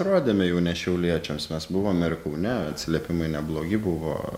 rodėme jau ne šiauliečiams mes buvom ir kaune atsiliepimai neblogi buvo